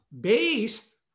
based